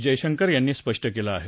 जयशंकर यांनी स्पष्ट केलं आहे